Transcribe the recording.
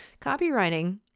Copywriting